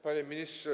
Panie Ministrze!